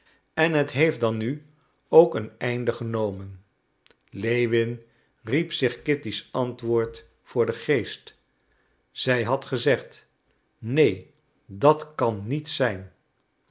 en het heeft dan nu ook een einde genomen lewin riep zich kitty's antwoord voor den geest zij had gezegd neen dat kan niet zijn